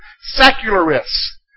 Secularists